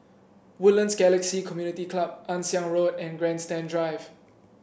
Woodlands Galaxy Community Club Ann Siang Road and Grandstand Drive